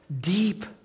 deep